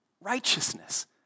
righteousness